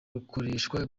rukoreshwa